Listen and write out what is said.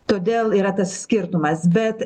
todėl yra tas skirtumas bet